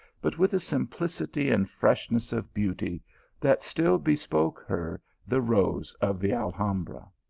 but with a simplicity and freshness of beauty that still bespoke her the rose of the alhambra.